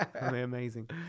Amazing